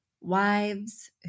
Wives